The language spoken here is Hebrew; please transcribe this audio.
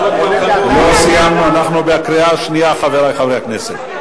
לא סיימנו, אנחנו בקריאה השנייה, חברי חברי הכנסת.